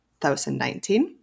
2019